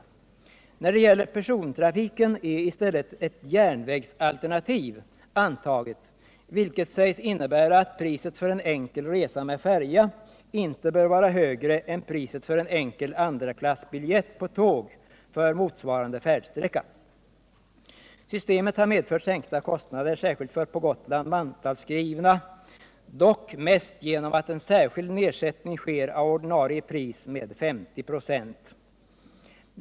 När det gäller persontrafiken är i stället ett järnvägsalternativ antaget, vilket sägs innebära att priset för en enkel resa med färja inte bör vara högre än priset för en enkel andraklassbiljett på tåg för motsvarande färdsträcka. Systemet har medfört sänkta kostnader särskilt för på Gotland mantalsskrivna, dock mest genom att en särskild nedsättning sker av ordinarie pris med 50 26.